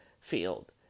field